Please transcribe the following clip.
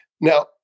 Now